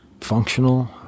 functional